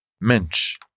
Mensch